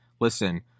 listen